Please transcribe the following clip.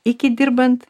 iki dirbant